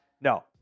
no